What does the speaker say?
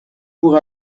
pour